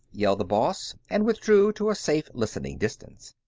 yelled the boss, and withdrew to a safe listening distance.